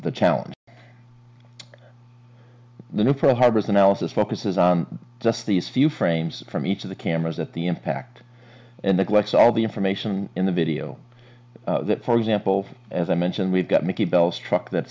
the challenge the new for harbors analysis focuses on just these few frames from each of the cameras at the impact and the glass all the information in the video that for example as i mentioned we've got mickey bells struck that